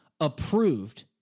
approved